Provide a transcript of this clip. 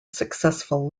successful